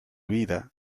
vida